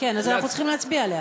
צריכים להצביע עליה.